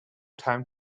time